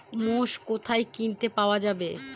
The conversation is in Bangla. মোষ কোথায় কিনে পাওয়া যাবে?